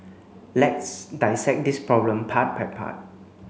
let's dissect this problem part by part